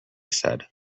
said